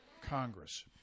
Congress